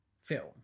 film